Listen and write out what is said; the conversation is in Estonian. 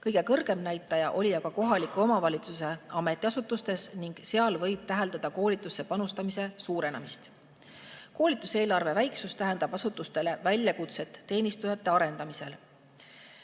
Kõige kõrgem oli see näitaja aga kohaliku omavalitsuse ametiasutustes ning seal võib täheldada koolitusse panustamise suurenemist. Koolituseelarve väiksus tähendab asutustele väljakutset teenistujate arendamisel.